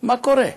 מה קורה?